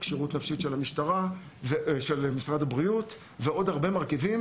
כשירות נפשית של משרד הבריאות ועוד הרבה מרכיבים.